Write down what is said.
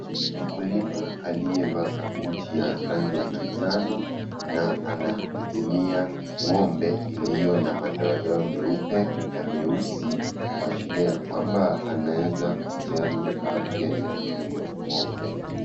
Mkulima aliyevaa kabuti ya rangi ya manjano na anahudumia ng'ombe, iliyo na madoadoa meupe na meusi kuashiria ya kwamba anaeza kujali afya ya hiyo ng'ombe.